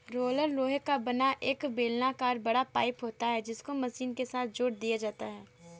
roller लोहे का बना एक बेलनाकर बड़ा पाइप होता है जिसको मशीन के साथ जोड़ दिया जाता है